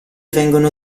vengono